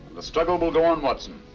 the struggle will go on, watson,